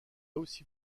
aussi